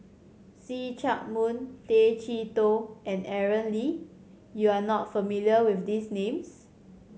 See Chak Mun Tay Chee Toh and Aaron Lee you are not familiar with these names